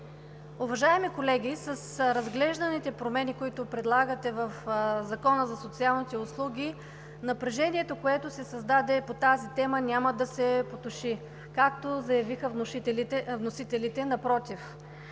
уважаеми колеги! С разглежданите промени, които предлагате в Закона за социалните услуги, напрежението, което се създаде по тази тема, няма да се потуши, както заявиха вносителите, напротив.